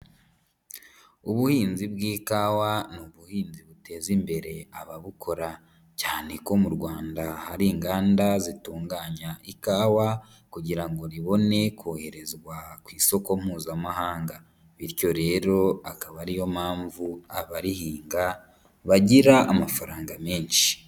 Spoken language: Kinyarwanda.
Ubuhinzi bw'ikawa ni ubuhinzi buteza imbere ababukora, cyane ko mu Rwanda hari inganda zitunganya ikawa kugira ngo ribone koherezwa ku isoko mpuzamahanga. Bityo rero akaba ariyo mpamvu abarihinga bagira amafaranga menshi.